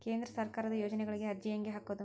ಕೇಂದ್ರ ಸರ್ಕಾರದ ಯೋಜನೆಗಳಿಗೆ ಅರ್ಜಿ ಹೆಂಗೆ ಹಾಕೋದು?